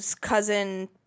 cousin